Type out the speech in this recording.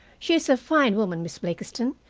she is a fine woman, miss blakiston,